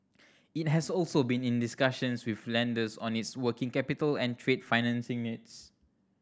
it has also been in discussions with lenders on its working capital and trade financing needs